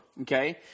Okay